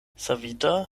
savita